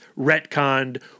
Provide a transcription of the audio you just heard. retconned